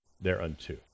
thereunto